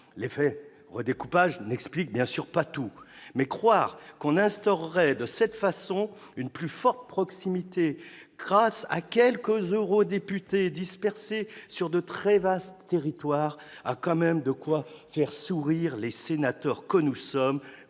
en cause n'expliquent pas tout, mais croire qu'on instaurerait de cette façon une plus forte proximité grâce à quelques eurodéputés dispersés sur de très vastes territoires a quand même de quoi faire sourire les sénateurs que nous sommes